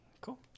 cool